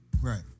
Right